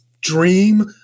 dream